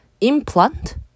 implant